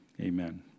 amen